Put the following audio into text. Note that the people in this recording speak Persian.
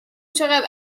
چقد